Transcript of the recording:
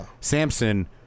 Samson